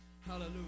Hallelujah